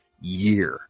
year